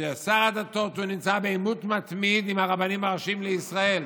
ששר הדתות נמצא בעימות מתמיד עם הרבנים הראשיים לישראל,